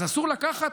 אז אסור לקחת